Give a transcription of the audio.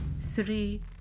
three